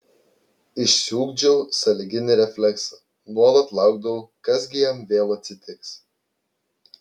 išsiugdžiau sąlyginį refleksą nuolat laukdavau kas gi jam vėl atsitiks